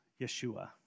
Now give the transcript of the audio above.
Yeshua